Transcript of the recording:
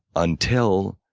until